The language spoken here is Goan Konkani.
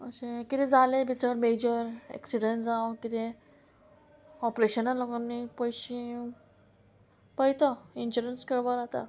अशें किदें जालें बी चड मेजर एक्सिडंट जावं कितें ऑपरेशना लागोन पयशे पळयता इन्शुरंस करपा जाता